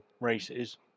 races